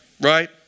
Right